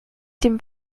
dem